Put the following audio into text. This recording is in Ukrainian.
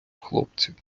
хлопців